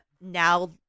now